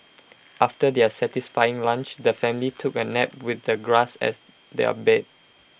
after their satisfying lunch the family took A nap with the grass as their bed